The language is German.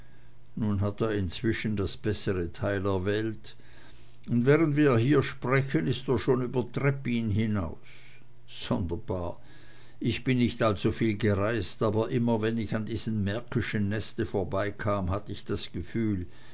nun hat er inzwischen das bessere teil erwählt und während wir hier sprechen ist er schon über trebbin hinaus sonderbar ich bin nicht allzuviel gereist aber immer wenn ich an diesem märkischen neste vorbeikam hatt ich das gefühl